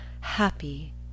happy